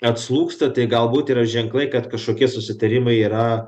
atslūgsta tai galbūt yra ženklai kad kažkokie susitarimai yra